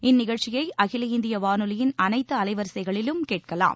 இந்நிகழ்ச்சியை அகில இந்திய வானொலியின் அனைத்து அலைவரிசைகளிலும் கேட்கலாம்